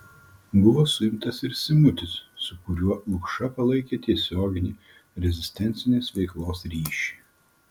buvo suimtas ir simutis su kuriuo lukša palaikė tiesioginį rezistencinės veiklos ryšį